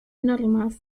normas